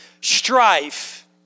strife